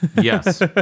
Yes